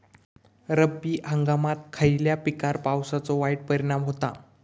रब्बी हंगामात खयल्या पिकार पावसाचो वाईट परिणाम होता?